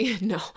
no